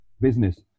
business